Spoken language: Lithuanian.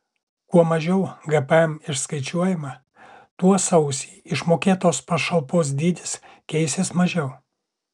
kuo mažiau gpm išskaičiuojama tuo sausį išmokėtos pašalpos dydis keisis mažiau